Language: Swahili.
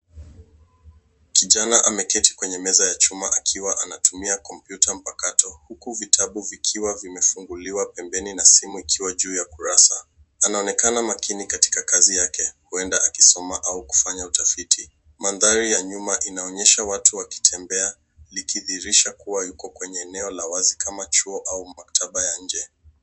Kijana ameketi kwenye meza ya chuma akiwa anatumia kompyuta mpakato, huku vitabu vikiwa vimefunguliwa pembeni na simu ikiwa juu ya kurasa. Anaonekana makini katika kazi yake, huenda akisoma au kufanya utafiti. Mandhari ya nyuma inaonyesha watu wakitembea, likidhihirisha kuwa yuko kwenye eneo la wazi kama chuo au maktaba ya nje.